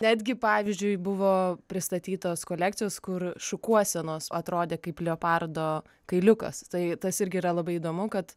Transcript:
netgi pavyzdžiui buvo pristatytos kolekcijos kur šukuosenos atrodė kaip leopardo kailiukas tai tas irgi yra labai įdomu kad